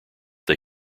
they